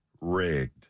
rigged